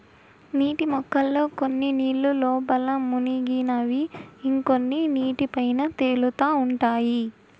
నీటి మొక్కల్లో కొన్ని నీళ్ళ లోపల మునిగినవి ఇంకొన్ని నీటి పైన తేలుతా ఉంటాయి